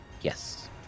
Yes